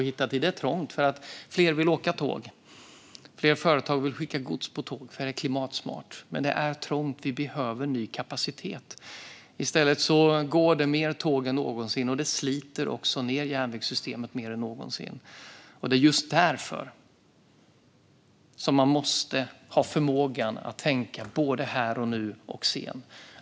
Det är trångt för att fler vill åka tåg och fler företag vill skicka gods på tåg för att det är klimatsmart. Men det är trångt. Vi behöver ny kapacitet. I stället går det fler tåg än någonsin. Det sliter också ned järnvägssystemet mer än någonsin. Det är just därför som man måste ha förmågan att tänka både här och nu och sedan.